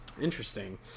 Interesting